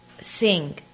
sing